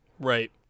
Right